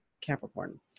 Capricorn